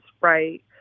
right